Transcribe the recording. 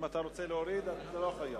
אם אתה רוצה להוריד, אתה לא חייב.